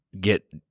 get